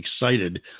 excited